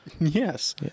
Yes